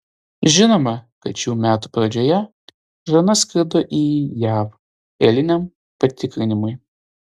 žinoma kad šių metų pradžioje žana skrido į jav eiliniam patikrinimui